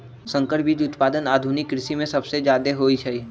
संकर बीज उत्पादन आधुनिक कृषि में सबसे जादे होई छई